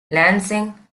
lansing